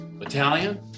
Italian